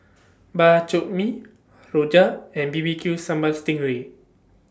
Bak Chor Mee Rojak and B B Q Sambal Sting Ray